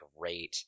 great